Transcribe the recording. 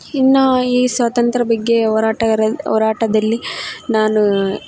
ಇನ್ನ ಈ ಸ್ವಾತಂತ್ರ್ಯ ಬಗ್ಗೆ ಹೋರಾಟರಲ್ ಹೋರಾಟದಲ್ಲಿ ನಾನು